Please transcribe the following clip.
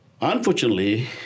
Unfortunately